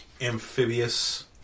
amphibious